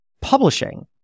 publishing